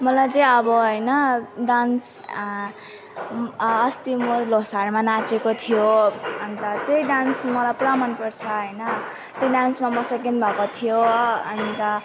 मलाई चाहिँ अब हैन डान्स अ अस्ति म लोसारमा नाचेको थियो अनि त त्यही डान्स मलाई पुरा मन पर्छ हैन त्यो डान्समा म सेकेन्ड भएको थिएँ अनि त